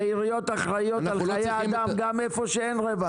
ועיריות אחראיות על חיי אדם גם איפה שאין רווח.